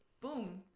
Boom